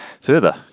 Further